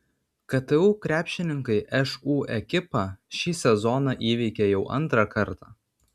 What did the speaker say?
ktu krepšininkai šu ekipą šį sezoną įveikė jau antrą kartą